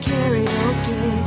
Karaoke